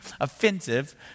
offensive